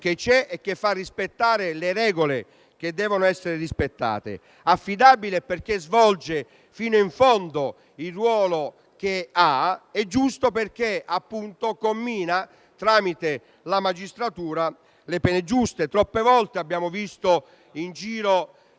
che c'è e fa rispettare le regole che devono essere rispettate; affidabile, perché svolge fino in fondo il ruolo che ha, e giusto perché, appunto, commina tramite la magistratura le pene giuste. Troppe volte abbiamo visto in giro